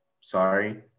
sorry